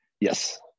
yes